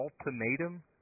Ultimatum